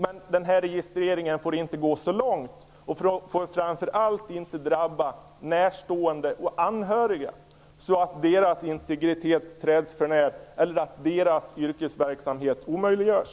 Men den registreringen får inte gå så långt och framför allt inte drabba närstående och anhöriga, så att deras integritet träds för när eller att deras yrkesverksamhet omöjliggörs.